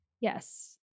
Yes